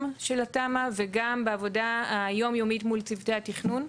של התמ"א וגם בעבודה היום-יומית מול צוותי התכנון,